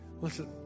Listen